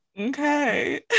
okay